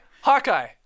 Hawkeye